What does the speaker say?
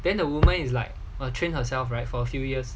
then that woman is like train herself right for a few years